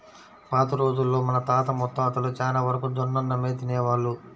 పాత రోజుల్లో మన తాత ముత్తాతలు చానా వరకు జొన్నన్నమే తినేవాళ్ళు